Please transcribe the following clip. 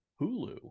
Hulu